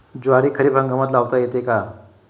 ज्वारी खरीप हंगामात लावता येते का?